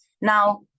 Now